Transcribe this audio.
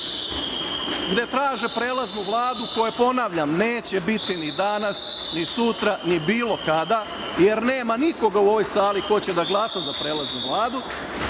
gde traže prelaznu Vladu, ponavljam, neće biti ni danas, ni sutra, ni bilo kada, jer nema nikoga u ovoj sali ko će da glasa za6/2 AL/MĆprelaznu Vladu,